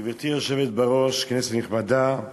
גברתי היושבת-ראש, כנסת נכבדה,